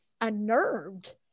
unnerved